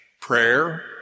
Prayer